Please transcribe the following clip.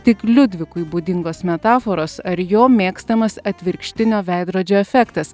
tik liudvikui būdingos metaforos ar jo mėgstamas atvirkštinio veidrodžio efektas